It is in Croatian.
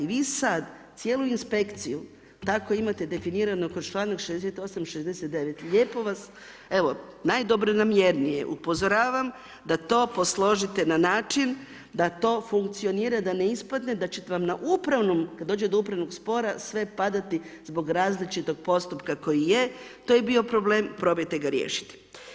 Vi sada, cijelu inspekciju, tako imate definirate kroz čl. 68. 69. lijepo vas, evo najdobronamjernije upozoravam da to posložite na način da to funkcionira, da ne ispadne da će vam na Upravnom kada dođe do upravnog spora, sve padati zbog različitog postupaka koji je, to je bio problem, probajte ga riješiti.